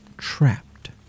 trapped